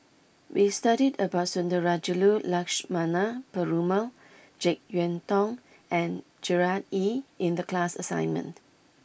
we studied about Sundarajulu Lakshmana Perumal Jek Yeun Thong and Gerard Ee in the class assignment